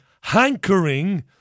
hankering